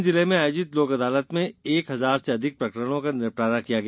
रायसेन जिले में आयोजित लोकअदालत में एक हजार से अधिक प्रकरणों का निपटारा किया गया